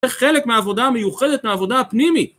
זה חלק מהעבודה המיוחדת, מהעבודה הפנימית